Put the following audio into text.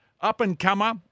Up-and-comer